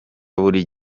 buri